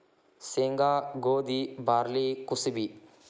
ಸೇಂಗಾ, ಗೋದಿ, ಬಾರ್ಲಿ ಕುಸಿಬಿ